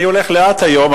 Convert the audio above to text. אני הולך לאט היום,